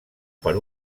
per